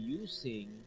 using